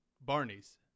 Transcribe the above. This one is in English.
Barney's